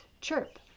chirp